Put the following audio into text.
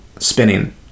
spinning